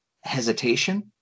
hesitation